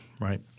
right